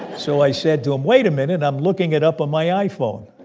so i said to him wait a minute. i'm looking it up on my iphone.